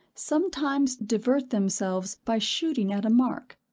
sometimes divert themselves by shooting at a mark.